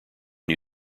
new